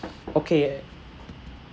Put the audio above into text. okay